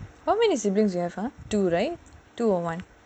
how many siblings you have ah two right two or one